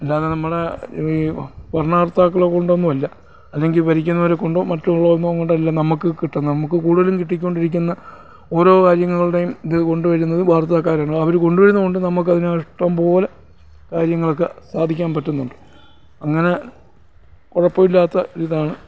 അല്ലാതെ നമ്മുടെ ഈ ഭരണകർത്താക്കളെക്കൊണ്ടൊന്നും അല്ല അല്ലെങ്കിൽ ഭരിക്കുന്നവരെക്കൊണ്ടോ മറ്റുള്ളതൊന്നുംകൊണ്ടല്ല നമുക്ക് കിട്ടുക നമുക്ക് കൂടുതലും കിട്ടിക്കൊണ്ടരിക്കുന്ന ഓരോ കാര്യങ്ങളുടേയും ഇതു കൊണ്ടുവരുന്നത് വാർത്താക്കാരാണ് അവർ കൊണ്ടുവരുന്നതുകൊണ്ട് നമുക്കതിന് ഇഷ്ടംപോലെ കാര്യങ്ങളൊക്ക സാധിക്കാൻ പറ്റുന്നുണ്ട് അങ്ങനെ കുഴപ്പം ഇല്ലാത്തയിതാണ്